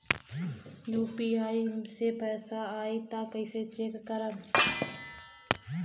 UPI से पैसा आई त कइसे चेक करब?